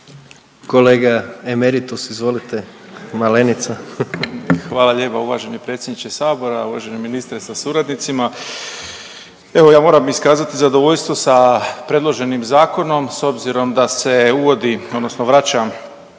Kolega emeritus izvolite Malenica. **Malenica, Ivan (HDZ)** Hvala lijepo. Uvaženi predsjedniče Sabora, uvaženi ministre sa suradnicima. Evo ja moram iskazati zadovoljstvo sa predloženim zakonom s obzirom da se uvodi odnosno vraća